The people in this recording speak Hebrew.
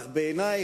אך בעיני,